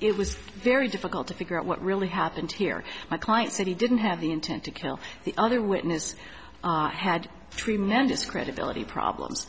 it was very difficult to figure out what really happened here my client said he didn't have the intent to kill the other witness had tremendous credibility problems